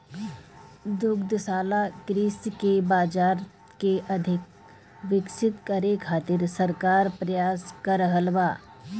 दुग्धशाला कृषि के बाजार के अधिक विकसित करे खातिर सरकार प्रयास क रहल बा